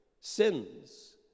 Sins